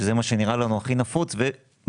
שזה מה שנראה לנו הכי נפוץ ומדיד.